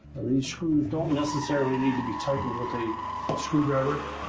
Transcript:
these screws don't necessarily need to be tightened with a screwdriver.